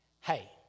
Hey